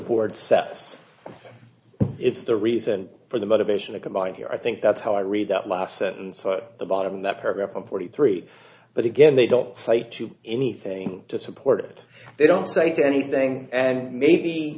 board sets it's the reason for the motivation of combining here i think that's how i read that last sentence the bottom that paragraph and forty three but again they don't cite to anything to support it they don't cite anything and maybe